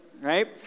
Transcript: right